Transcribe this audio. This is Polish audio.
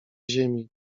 ziemi